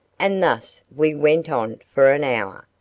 and thus we went on for an hour,